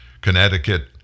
Connecticut